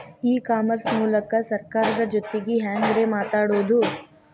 E commerce ಮೂಲಕ ಸರ್ಕಾರದ ಜೊತಿಗೆ ಹ್ಯಾಂಗ್ ರೇ ಮಾತಾಡೋದು?